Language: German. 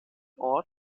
ort